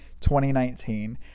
2019